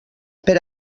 per